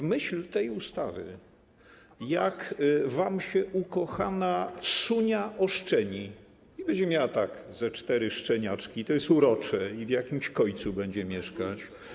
W myśl tej ustawy, jak wam się ukochana sunia oszczeni, będzie miała tak ze cztery szczeniaczki, co jest urocze, i w jakimś kojcu będzie mieszkać.